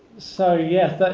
so, yes,